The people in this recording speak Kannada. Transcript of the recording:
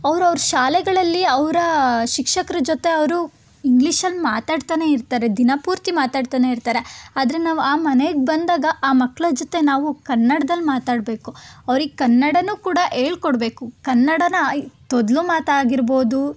ಅವ್ರ ಅವ್ರ ಶಾಲೆಗಳಲ್ಲಿ ಅವರ ಶಿಕ್ಷಕರ ಜೊತೆ ಅವರು ಇಂಗ್ಲಿಷಲ್ಲಿ ಮಾತಾಡ್ತಾನೆ ಇರ್ತಾರೆ ದಿನಪೂರ್ತಿ ಮಾತಾಡ್ತಾನೆ ಇರ್ತಾರೆ ಆದರೆ ನಾವು ಆ ಮನೆಗೆ ಬಂದಾಗ ಆ ಮಕ್ಕಳ ಜೊತೆ ನಾವು ಕನ್ನಡ್ದಲ್ಲಿ ಮಾತಾಡಬೇಕು ಅವ್ರಿಗೆ ಕನ್ನಡನೂ ಕೂಡ ಹೇಳ್ಕೊಡ್ಬೇಕು ಕನ್ನಡನ ತೊದ್ಲು ಮಾತಾಗಿರ್ಬೋದು